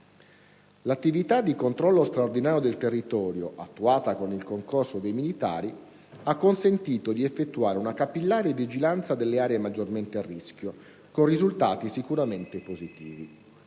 L'attività di controllo straordinario del territorio, attuata con il concorso dei militari, ha consentito di effettuare una capillare vigilanza delle aree maggiormente a rischio, con risultati sicuramente positivi.